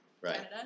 right